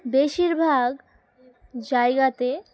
বেশিরভাগ জায়গাতে